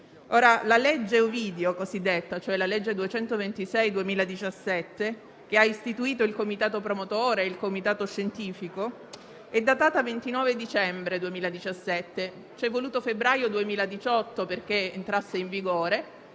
la legge n. 226 del 2017, che ha istituito il comitato promotore e il comitato scientifico, è datata 29 dicembre 2017; c'è voluto febbraio 2018 perché entrasse in vigore,